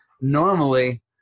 Normally